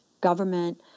government